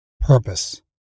purpose